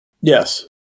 Yes